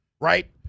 right